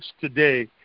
today